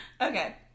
Okay